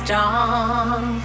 Strong